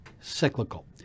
cyclical